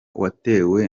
watewe